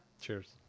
Cheers